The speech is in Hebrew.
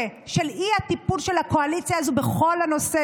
האי-טיפול של הקואליציה הזאת בכל הנושא